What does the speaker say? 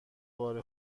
بار